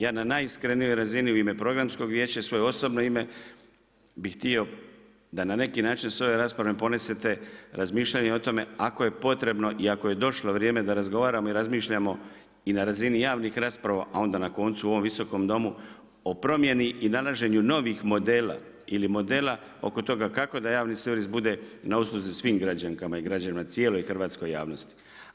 Ja na najiskrenijoj razini u ime Programskog vijeća i u svoje osobno ime bi htio da na neki način s ove rasprave ponesete razmišljanje o tome ako je potrebno i ako je došlo vrijeme da razgovaramo i razmišljamo i na razini javnih rasprava, a onda na koncu u ovom Visokom domu o promjeni i nalaženju novih modela ili modela oko toga kako da javni servis bude na usluzi svim građankama i građanima, cijeloj hrvatskoj javnosti.